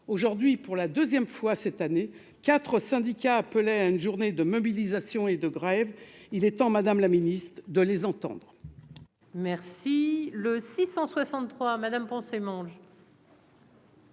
aujourd'hui pour la 2ème fois cette année, 4 syndicats appelaient à une journée de mobilisation et de grève, il est temps, Madame la Ministre, de les entendre.